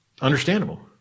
understandable